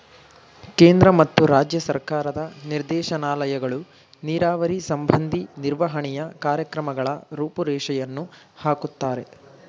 ಕೇಂದ್ರ ಮತ್ತು ರಾಜ್ಯ ಸರ್ಕಾರದ ನಿರ್ದೇಶನಾಲಯಗಳು ನೀರಾವರಿ ಸಂಬಂಧಿ ನಿರ್ವಹಣೆಯ ಕಾರ್ಯಕ್ರಮಗಳ ರೂಪುರೇಷೆಯನ್ನು ಹಾಕುತ್ತಾರೆ